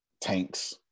tanks